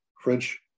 French